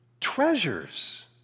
treasures